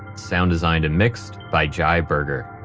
sound designed and mixed by jai berger.